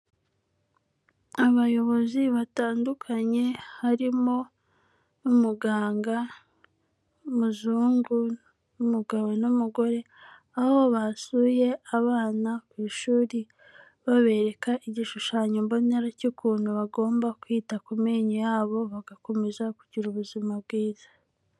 Abayobozi batandukanye, harimo n'umuganga w'umuzungu n'umugabo n'umugore, aho basuye abana ku ishuri, babereka igishushanyo mbonera cy'ukuntu bagomba kwita ku menyo yabo, bagakomeza kugira ubuzima bwiza.